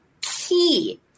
key